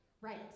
Right